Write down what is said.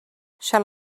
shall